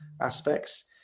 aspects